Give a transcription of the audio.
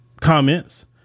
comments